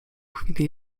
chwili